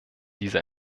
dieser